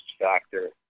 factor